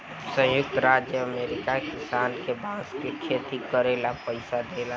संयुक्त राज्य अमेरिका किसान के बांस के खेती करे ला पइसा देला